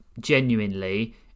genuinely